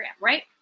right